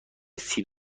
سیب